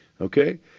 okay